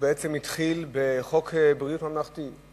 שבעצם התחיל בחוק ביטוח בריאות ממלכתי,